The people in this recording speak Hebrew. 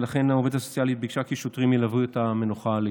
ולכן העובדת הסוציאלית ביקשה כי שוטרים ילוו את המנוחה לאשפוז.